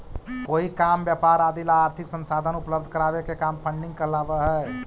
कोई काम व्यापार आदि ला आर्थिक संसाधन उपलब्ध करावे के काम फंडिंग कहलावऽ हई